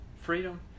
freedom